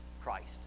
Christ